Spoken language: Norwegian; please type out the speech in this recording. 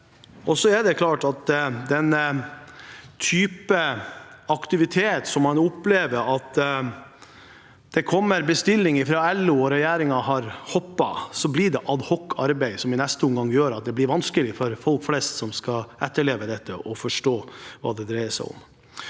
det. Det er klart at ved den typen aktivitet der man opplever at det kommer en bestilling fra LO og regjeringen hopper, blir det et ad hoc-arbeid som i neste omgang gjør det vanskelig for folk flest som skal etterleve dette, å forstå hva det dreier seg om.